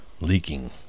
leaking